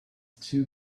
too